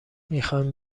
میخایم